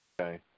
okay